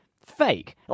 fake